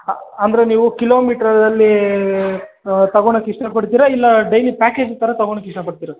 ಹಾಂ ಅಂದರೆ ನೀವು ಕಿಲೋಮೀಟ್ರಲ್ಲೀ ತಗೊಳೋಕ್ ಇಷ್ಟಪಡ್ತೀರ ಇಲ್ಲಾ ಡೈಲಿ ಪ್ಯಾಕೇಜ್ ಥರ ತಗೊಳೋಕ್ ಇಷ್ಟಪಡ್ತೀರ